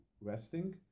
resting